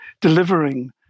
delivering